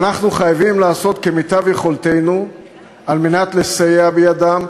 ואנחנו חייבים לעשות כמיטב יכולתנו על מנת לסייע בידם,